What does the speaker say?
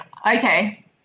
Okay